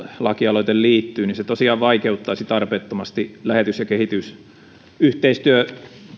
lakialoite liittyy tosiaan vaikeuttaisi tarpeettomasti lähetys ja kehitysyhteistyön